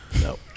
No